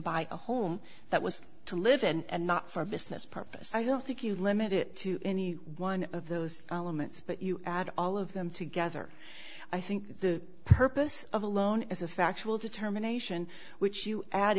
buy a home that was to live and not for business purposes i don't think you limit it to any one of those elements but you add all of them together i think the purpose of a loan is a factual determination which you add